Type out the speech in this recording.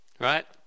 right